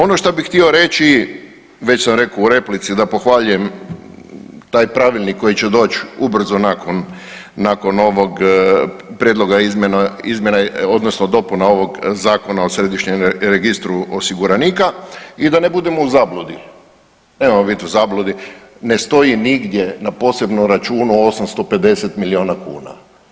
Ono šta bi htio reći, već sam rekao u replici da pohvaljujem taj pravilnik koji će doći ubrzo nakon, nakon ovog prijedloga izmjena odnosno dopuna ovog Zakona o središnjem registru osiguranika i da ne budemo u zabludi, nemojmo biti u zabludi ne stoji nigdje na posebnom računu 850 milijuna kuna.